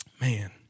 Man